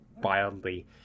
wildly